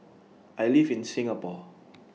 I live in Singapore